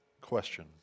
question